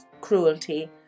cruelty